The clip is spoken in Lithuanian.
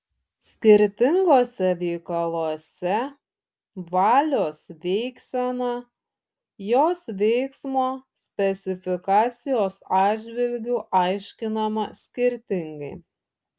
skirtinguose veikaluose valios veiksena jos veiksmo specifikacijos atžvilgiu aiškinama skirtingai